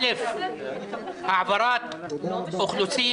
א' העברת אוכלוסין,